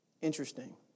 Interesting